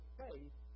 faith